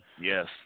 Yes